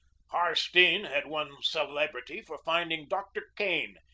harstene had won celebrity for finding doctor kane,